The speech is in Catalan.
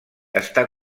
està